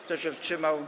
Kto się wstrzymał?